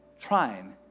trying